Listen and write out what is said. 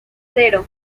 cero